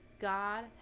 God